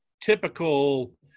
typical